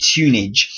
tunage